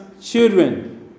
children